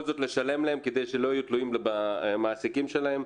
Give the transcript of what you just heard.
זאת לשלם להם כדי שלא יהיו תלויים במעסיקים שלהם,